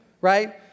right